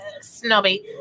snobby